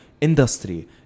industry